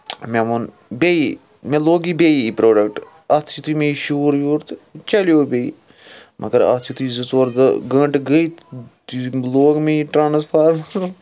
مےٚ وون بیٚیہِ مےٚ لوگ یہِ بیٚیہِ یہِ پروڈَکٹ اَتھ یُتُھے مےٚ یہِ شور وور تہٕ یہِ چَلیو بیٚیہِ مگر اَتھ یُتُھے زٕ ژور دۄہ گٲنٛٹہٕ گٔے تہٕ لوگ مےٚ یہِ ٹرانٕسفارمَر